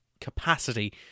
capacity